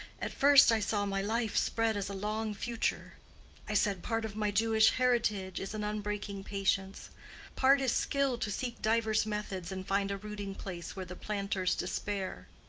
at first i saw my life spread as a long future i said part of my jewish heritage is an unbreaking patience part is skill to seek divers methods and find a rooting-place where the planters despair.